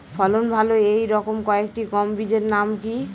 ফলন ভালো এই রকম কয়েকটি গম বীজের নাম কি?